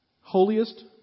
Holiest